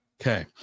Okay